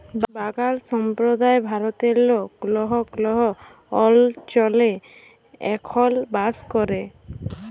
বাগাল সম্প্রদায় ভারতেল্লে কল্হ কল্হ অলচলে এখল বাস ক্যরে